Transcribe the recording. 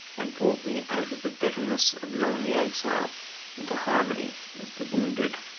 and brought me out of the bitterness of lonely exile into harmony with the wounded,